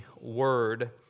word